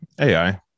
AI